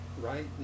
right